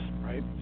Right